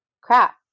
crap